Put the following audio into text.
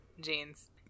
jeans